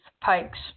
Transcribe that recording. pikes